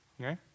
okay